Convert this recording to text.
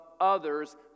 others